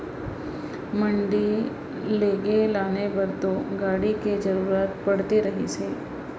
मंडी लेगे लाने बर तो गाड़ी के जरुरत पड़ते रहिस हे